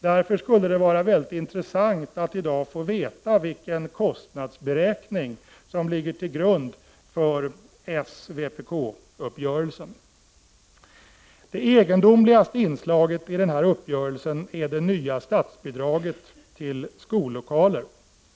Därför skulle det vara mycket intressant att i dag få veta vilken kostnadsberäkning som ligger till grund för socialdemokraternas och vpk:s uppgörelse. Det egendomligaste inslaget i denna uppgörelse är det nya statsbidraget till skollokaler.